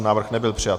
Návrh nebyl přijat.